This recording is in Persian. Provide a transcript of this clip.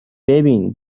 ببین